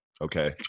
Okay